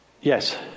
Yes